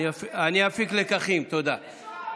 אני אפיק לקחים, תודה.